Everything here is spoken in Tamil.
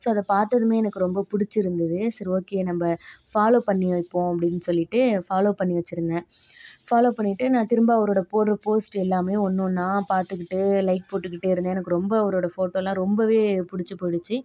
ஸோ அதை பார்த்ததுமே எனக்கு ரொம்ப பிடிச்சிருந்துது சரி ஓகே நம்ம ஃபாலோவ் பண்ணி வைப்போம் அப்படின்னு சொல்லிகிட்டு ஃபாலோவ் பண்ணி வச்சுருந்தேன் ஃபாலோவ் பண்ணிகிட்டு நான் திரும்ப அவரோடு போடுகிற போஸ்ட் எல்லாமே ஒன்று ஒன்றா பார்த்துக்கிட்டு லைக் போட்டுக்கிட்டே இருந்தேன் எனக்கு ரொம்ப அவரோட ஃபோட்டோயெல்லாம் ரொம்பவே பிடிச்சி போயிடுச்சு